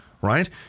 right